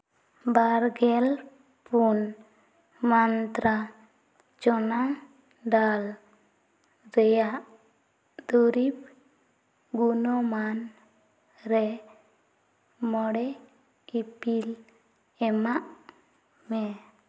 ᱵᱟᱨᱜᱮᱞ ᱯᱩᱱ ᱢᱟᱱᱛᱨᱟ ᱡᱚᱱᱟᱜ ᱰᱟᱞ ᱨᱮᱭᱟᱜ ᱫᱩᱨᱤᱵᱽ ᱜᱩᱱᱚᱢᱟᱱ ᱨᱮ ᱢᱚᱬᱮ ᱤᱯᱤᱞ ᱮᱢᱟᱜ ᱢᱮ